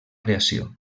creació